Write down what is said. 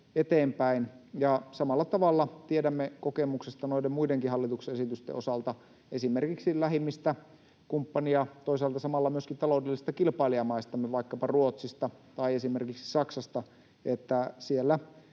samalla tavalla tiedämme kokemuksesta noiden muidenkin hallituksen esitysten osalta esimerkiksi lähimmistä kumppani- ja toisaalta samalla myöskin taloudellisesta kilpailijamaistamme — vaikkapa Ruotsista tai esimerkiksi Saksasta — että siellä